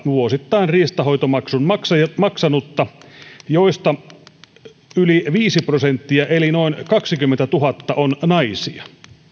vuosittain riistanhoitomaksun maksanutta joista yli viisi prosenttia eli noin kaksikymmentätuhatta on naisia